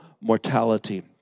mortality